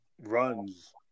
runs